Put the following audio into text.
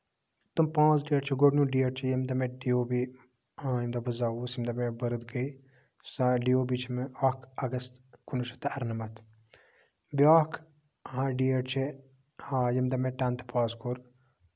تٕم پانژھ ڈیٹ چھِ گۄڈٕنیُک ڈیٹ چھُ ییٚمہِ دۄہ مےٚ ڈی او بی ییٚمہِ دۄہ بہٕ زاوُس ییمہِ دۄہ مےٚ بٔرتھ گے سۄ ڈی او بی چھےٚ مےٚ اکھ اَگست کُنہٕ وُہ شَتھ تہٕ اَرنَمَتھ بیاکھ ڈیٹ چھُ آ ییٚمہِ دۄہ مےٚ ٹینتھ پاس کوٚر